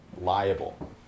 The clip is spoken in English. liable